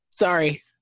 sorry